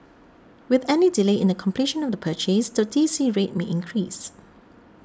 with any delay in the completion of the purchase the D C rate may increase